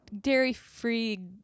dairy-free